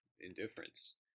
indifference